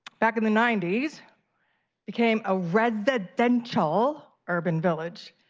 back in the ninety s became a residential urban village.